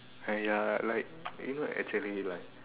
ah ya like you know like actually like